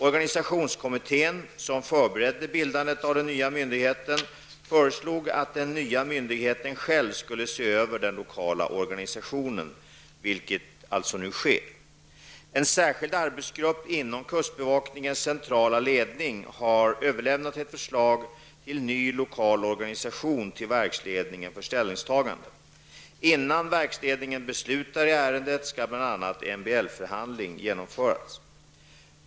Organisationskommittén, som förberedde bildandet av den nya myndigheten, föreslog att den nya myndigheten själv skulle se över den lokala organisationen, vilket alltså nu sker. En särskild arbetsgrupp inom kustbevakningens centrala ledning har överlämnat ett förslag till ny lokal organisation till verksledningen för ställningstagande. Innan verksledningen beslutar i ärendet skall bl.a. MBL-förhandling genomföras.